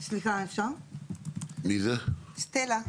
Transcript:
כן, סטלה.